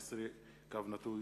מוקדם: